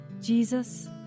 Jesus